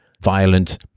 violent